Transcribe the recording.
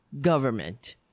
government